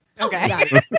Okay